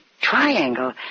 triangle